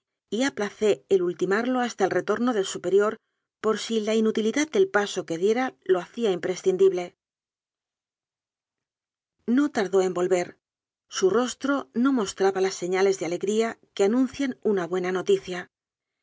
y aplacé el ultimarlo hasta el retorno del superior por si la inutilidad del paso que diera lo hacía imprescindible no tardó en volver su rostro no mostraba las señales de alegría que anuncian una buena noticia